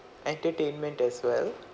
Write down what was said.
entertainment as well